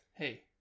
hey